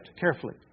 carefully